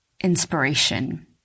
inspiration